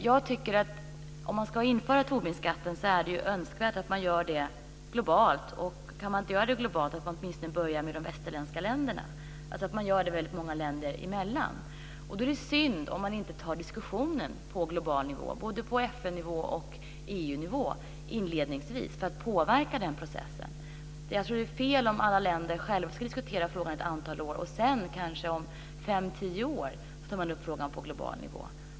Om Tobinskatten ska införas är det önskvärt att det görs globalt. Kan man inte göra det globalt kan väl åtminstone börja med de västerländska länderna - alltså att det görs väldigt många länder emellan. Då är det synd om man inte tar diskussionen på global nivå, på både FN-nivå och EU-nivå, inledningsvis för att påverka processen. Jag tror att det är fel om alla länder själva ska diskutera frågan ett antal år för att sedan, om kanske fem eller tio år, ta upp den på global nivå.